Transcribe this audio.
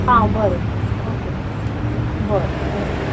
हां बरें ओके बरें थँक्यू